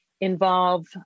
involve